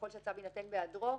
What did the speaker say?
יכול שהצו יינתן בהיעדרו.